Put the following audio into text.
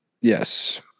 Yes